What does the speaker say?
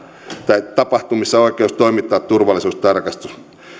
tai tapahtumissa oikeus toimittaa turvallisuustarkastus